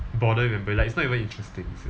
bother remembering like it's not even interesting is it